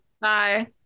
bye